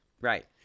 right